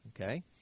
okay